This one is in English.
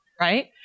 right